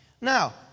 Now